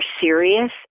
serious